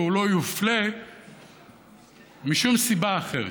והוא לא יופלה משום סיבה אחרת,